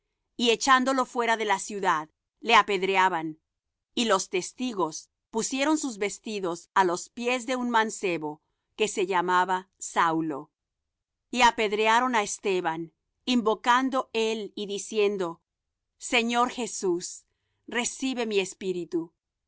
y echándolo fuera de la ciudad le apedreaban y los testigos pusieron sus vestidos á los pies de un mancebo que se llamaba saulo y apedrearon á esteban invocando él y diciendo señor jesús recibe mi espíritu